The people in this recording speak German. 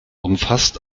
umfasst